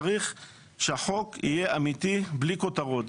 צריך שהחוק יהיה אמיתי בלי כותרות,